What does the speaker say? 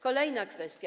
Kolejna kwestia.